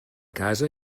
casa